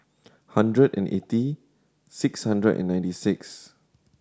hundred and eighty six hundred and ninety six